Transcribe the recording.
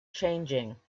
changing